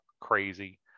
crazy